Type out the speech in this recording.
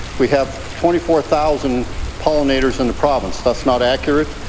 we have twenty four thousand pollinators in the province. that's not accurate,